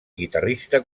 guitarrista